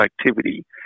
activity